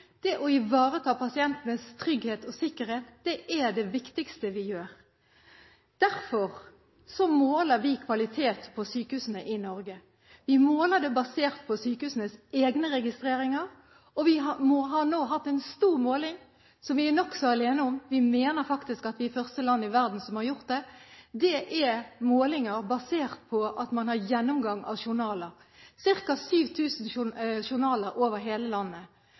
Det å ivareta pasientenes trygghet og sikkerhet er det viktigste vi gjør. Derfor måler vi kvaliteten på sykehusene i Norge. Vi måler den basert på sykehusenes egne registreringer. Vi har nå hatt en stor måling – som vi er nokså alene om. Vi mener faktisk at vi er det første landet i verden som har hatt det. Det er målinger som er basert på gjennomgang av journaler – ca. 7 000 journaler over hele landet.